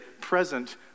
present